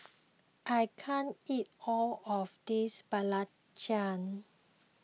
I can't eat all of this Belacan